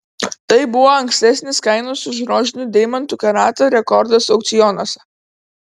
tai buvo ankstesnis kainos už rožinių deimantų karatą rekordas aukcionuose